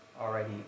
already